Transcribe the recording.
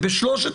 בשלושת